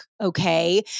Okay